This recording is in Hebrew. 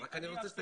אני אעשה את זה.